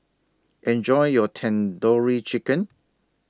Enjoy your Tandoori Chicken